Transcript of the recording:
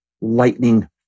lightning